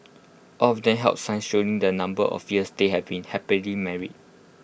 all of them held signs showing the number of years they had been happily married